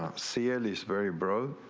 um c. elise very bro.